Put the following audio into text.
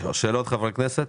שאלות של חברי הכנסת?